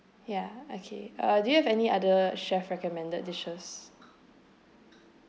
ya okay uh do you have any other chef recommended dishes